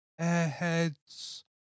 Airheads